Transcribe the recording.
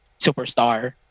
superstar